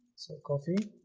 so coffee